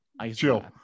chill